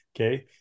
okay